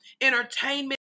entertainment